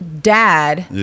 dad